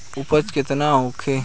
उपज केतना होखे?